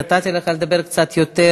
נתתי לך לדבר קצת יותר,